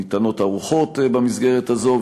שניתנות ארוחות במסגרת הזו,